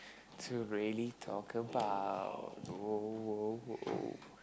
to really talk about oh